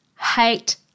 hate